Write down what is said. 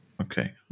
Okay